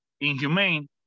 inhumane